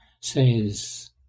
says